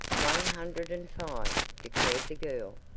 one hundred and five, declared the girl.